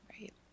Right